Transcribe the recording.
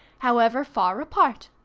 however far apart.